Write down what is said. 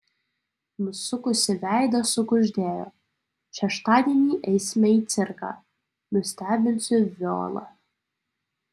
nusukusi veidą sukuždėjo šeštadienį eisime į cirką nustebinsiu violą